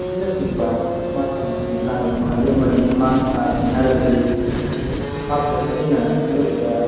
ꯑꯁꯤꯅꯆꯤꯡꯕ ꯏꯁꯃꯥꯔꯠ ꯐꯣꯟꯁꯤꯡꯒꯤ ꯀꯥꯟꯅꯕ ꯐꯪꯍꯜꯂꯤ ꯑꯃꯗꯤ ꯑꯃꯥꯡ ꯑꯇꯥꯁꯤꯡ ꯍꯥꯏꯔꯒꯗꯤ ꯏꯁꯃꯥꯔꯠ ꯐꯣꯟ ꯑꯁꯤꯅ ꯃꯤꯑꯣꯏꯕꯗ